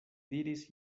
diris